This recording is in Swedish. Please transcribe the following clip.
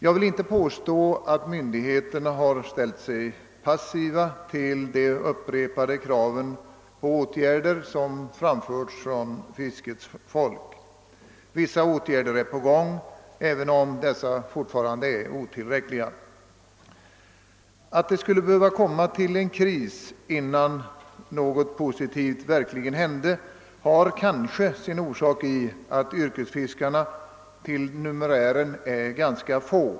Jag vill inte påstå att myndigheterna har ställt sig passiva till de upprepade kraven på åtgärder som framförts av fiskets folk. Vissa åtgärder är på gång, även om de fortfarande är otillräckliga. Att det skulle behöva komma till en kris innan något verkligt positivt hände har kanske sin orsak i att yrkesfiskarna till numerären är ganska få.